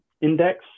index